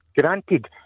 granted